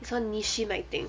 some nongshim I think